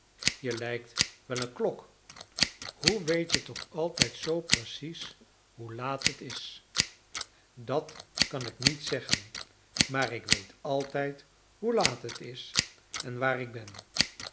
je lijkt wel een klok hoe weet je toch altijd zoo precies hoe laat het is dat kan ik niet zeggen maar ik weet altijd hoe laat het is en waar ik ben